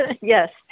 Yes